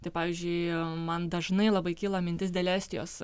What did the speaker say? tai pavyzdžiui man dažnai labai kyla mintis dėl estijos